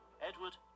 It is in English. Edward